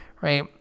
Right